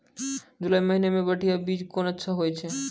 जुलाई महीने मे बढ़िया बीज कौन अच्छा होय छै?